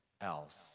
else